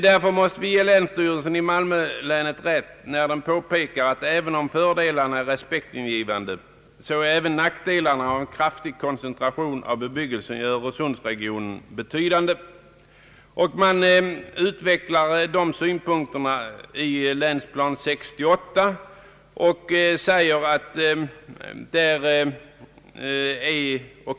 Sålunda måste vi ge länsstyrelsen i Malmöhus län rätt när den påpekar att även om fördelarna är respektingivande så är också nackdelarna av en kraftig koncentration av bebyggelsen i öresundsregionen betydande. Länsstyrelsen säger i Länsplan 68: »Utvecklingen går mot ett allt större arealbehov per invånare.